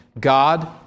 God